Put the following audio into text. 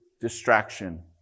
distraction